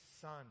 Son